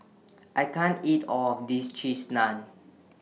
I can't eat All of This Cheese Naan